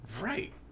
Right